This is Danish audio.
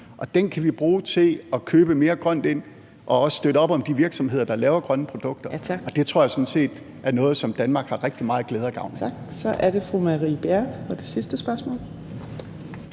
kr., kan vi bruge til at købe mere grønt ind og også støtte op om de virksomheder, der laver grønne produkter, og det tror jeg sådan set er noget, som Danmark har rigtig meget glæde og gavn af. Kl. 15:08 Fjerde næstformand